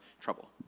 trouble